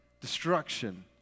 destruction